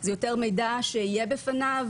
זה יותר מידע שיהיה בפניו,